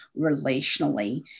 relationally